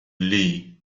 lee